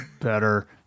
better